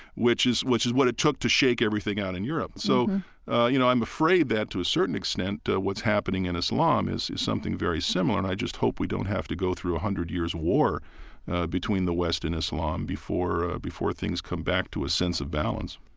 which is which is what it took to shake everything out in europe. so you know, i'm afraid that, to a certain extent, what's happening in islam is is something very similar, and i just hope we don't have to go through a hundred years war between the west and islam before before things come back to a sense of balance